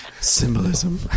Symbolism